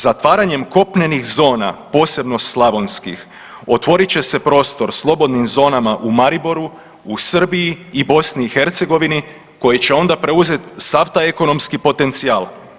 Zatvaranjem kopnenih zona posebno slavonskih otvorit će se prostor slobodnim zonama u Mariboru, u Srbiji i BiH koje će onda preuzeti sav taj ekonomski potencijal.